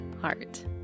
heart